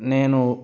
నేను